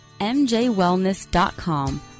MJWellness.com